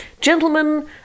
gentlemen